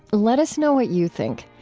let us know what you think.